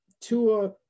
Tua